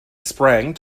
sprang